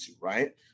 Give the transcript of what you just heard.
right